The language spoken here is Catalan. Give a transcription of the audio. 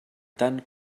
tant